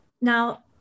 Now